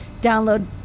download